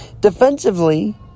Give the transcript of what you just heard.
Defensively